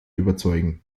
überzeugen